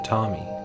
Tommy